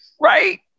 right